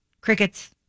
crickets